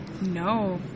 No